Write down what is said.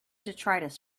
detritus